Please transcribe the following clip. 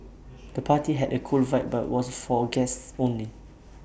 the party had A cool vibe but was for A guests only